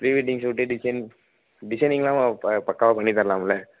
pre wedding ஷூட்டே design டிசைனிங்கெலாம் பா பக்காவாக பண்ணித்தரலாமில